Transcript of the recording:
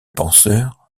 penseur